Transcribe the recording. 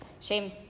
Shame